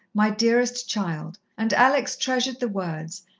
my dearest child, and alex treasured the words,